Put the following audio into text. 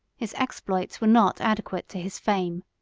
his exploits were not adequate to his fame.